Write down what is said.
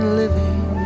living